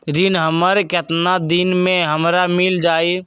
ऋण हमर केतना दिन मे हमरा मील जाई?